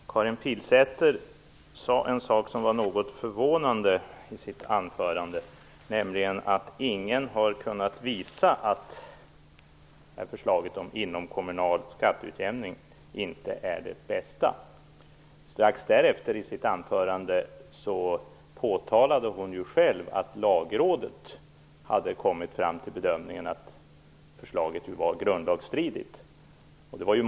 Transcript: Fru talman! Karin Pilsäter sade en sak som var något förvånande i sitt anförande, nämligen att ingen har kunnat visa att förslaget om inomkommunal skatteutjämning inte är det bästa. Strax därefter i sitt anförande påtalade hon själv att Lagrådet hade kommit fram till bedömningen att förslaget var grundlagsstridigt.